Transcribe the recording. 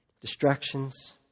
distractions